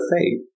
faith